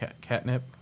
catnip